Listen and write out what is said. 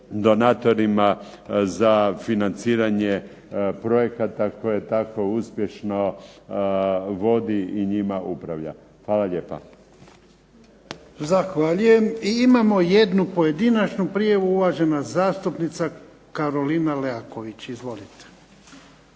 donatorima za financiranje projekata koje tako uspješno vodi i njima upravlja. Hvala lijepa. **Jarnjak, Ivan (HDZ)** Zahvaljujem. I imamo jednu pojedinačnu prijavu, uvažena zastupnica Karolina Leaković. Izvolite.